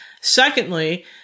Secondly